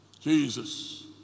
Jesus